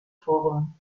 forum